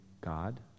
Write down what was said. God